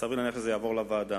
וסביר להניח שזה יעבור לוועדה.